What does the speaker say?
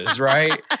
right